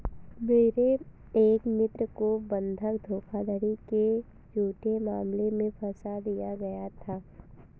मेरे एक मित्र को बंधक धोखाधड़ी के झूठे मामले में फसा दिया गया था